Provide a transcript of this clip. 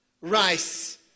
rice